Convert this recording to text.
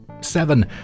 Seven